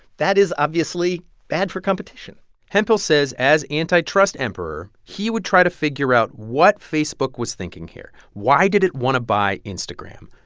that is obviously bad for competition hemphill says as antitrust emperor, he would try to figure out what facebook was thinking here. why did it want to buy instagram?